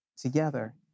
Together